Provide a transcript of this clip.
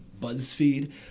BuzzFeed